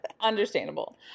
Understandable